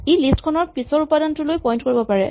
ই list খনৰ পিছৰ উপাদানটোলৈ পইন্ট কৰিব পাৰে